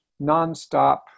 nonstop